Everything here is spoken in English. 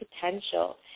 potential